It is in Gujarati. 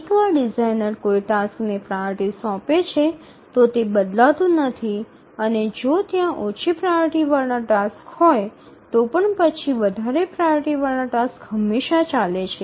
એકવાર ડિઝાઇનર કોઈ ટાસ્કને પ્રાઓરિટી સોંપે છે તો તે બદલાતું નથી અને જો ત્યાં ઓછી પ્રાઓરિટી વાળા ટાસ્ક હોય તો પણ પછી વધારે પ્રાઓરિટી વાળા ટાસ્ક હંમેશાં ચાલે છે